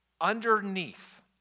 underneath